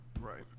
Right